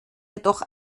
jedoch